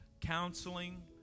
counseling